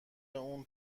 اون